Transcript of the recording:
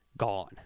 gone